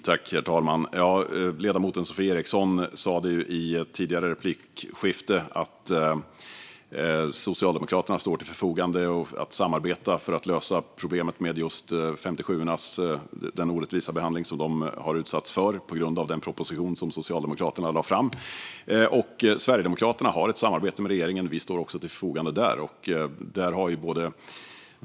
Herr talman! Ledamoten Sofie Eriksson sa i ett tidigare replikskifte att Socialdemokraterna står till förfogande för att samarbeta för att lösa problemet med den orättvisa behandling som personer födda 1957 har utsatts för på grund av den proposition som Socialdemokraterna lade fram. Sverigedemokraterna har ett samarbete med regeringen, och vi står till förfogande där också.